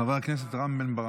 חבר הכנסת רם בן ברק.